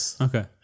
Okay